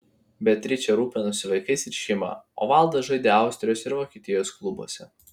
beatričė rūpinosi vaikais ir šeima o valdas žaidė austrijos ir vokietijos klubuose